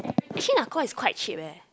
actually Nakhon is quite cheap eh